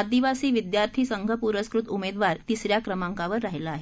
आदिवासी विद्यार्थी संघ प्रस्कृतउमेदवार तिसऱ्या क्रमांकावर राहिला आहे